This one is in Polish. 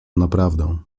naprawdę